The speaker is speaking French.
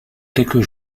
quelques